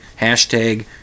hashtag